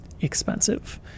expensive